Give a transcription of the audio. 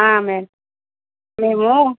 ఆ మేము